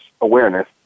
awareness